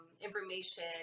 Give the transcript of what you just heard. information